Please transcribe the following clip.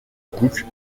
cook